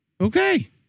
Okay